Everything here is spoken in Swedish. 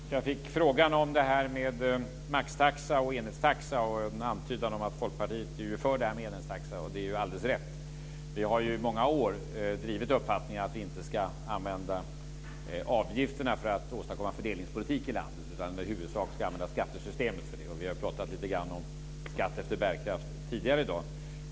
Fru talman! Jag fick frågan om det här med maxtaxa och enhetstaxa. Det var en antydan om att Folkpartiet är för det här med enhetstaxa, och det är alldeles rätt. Vi har i många år drivit uppfattningen att vi inte ska använda avgifterna för att åstadkomma fördelningspolitik i landet utan i huvudsak använda skattesystemet. Vi har pratat lite grann om skatt efter bärkraft tidigare i dag.